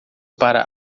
para